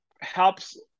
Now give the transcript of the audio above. helps